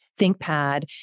ThinkPad